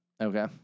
Okay